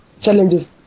challenges